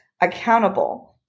accountable